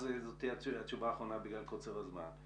זו תהיה התשובה האחרונה בגלל קוצר הזמן,